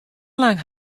lang